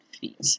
feet